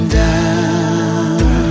down